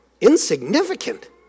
Insignificant